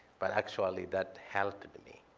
but, actually, that helped me.